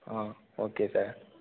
ah okay sir